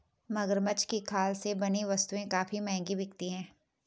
मगरमच्छ की खाल से बनी वस्तुएं काफी महंगी बिकती हैं